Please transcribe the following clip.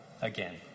Again